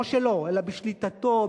לא שלו אלא בשליטתו,